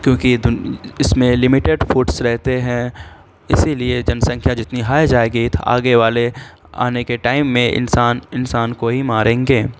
کیونکہ اس میں لمیٹڈ فوڈس رہتے ہیں اسی لیے جن سنکھیا جتنی ہائی جائے گی تو آگے والے آنے کے ٹائم میں انسان انسان کو ہی ماریں گے